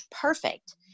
perfect